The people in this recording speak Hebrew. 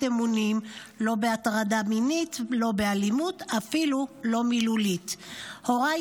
אמונים / לא בהטרדה מינית / לא באלימות / אפילו לא מילולית / הוריי